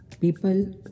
people